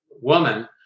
woman